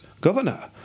Governor